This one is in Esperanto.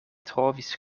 trovis